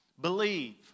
Believe